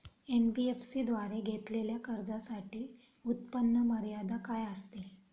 NBFC द्वारे घेतलेल्या कर्जासाठी उत्पन्न मर्यादा काय असते?